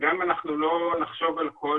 שגם אם לא נחשוב על כל